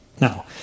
Now